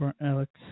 Alex